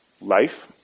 Life